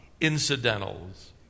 incidentals